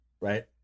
right